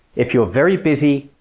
if you're very busy,